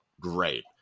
great